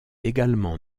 également